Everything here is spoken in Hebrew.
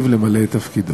מהנציב למלא את תפקידו.